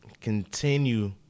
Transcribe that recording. continue